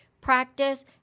practice